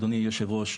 אדוני היושב-ראש,